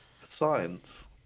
science